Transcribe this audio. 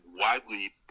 widely